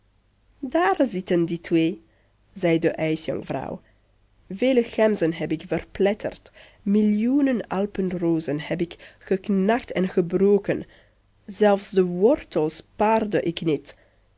daar zitten die twee zei de ijsjonkvrouw vele gemzen heb ik verpletterd millioenen alpenrozen heb ik geknakt en gebroken zelfs de wortels spaarde ik niet